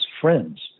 friends